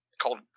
called